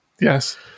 Yes